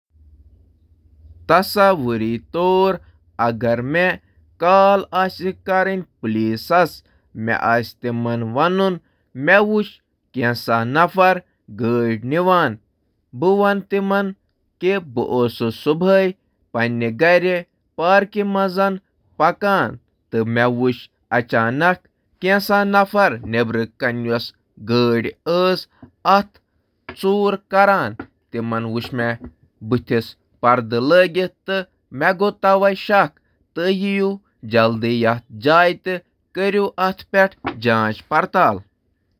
تصور کٔرِو، اگر مےٚ پُلیٖسس کال کرُن پیٚیہِ تِکیازِ مےٚ وُچھ کانٛہہ کار ژوٗرِ نِوان۔ تِکیازِ تِہنٛد بُتھ اوس نقاب پوش۔ تَوَے چھُ مےٚ شَک زِ تِم چھِ ڈاکو۔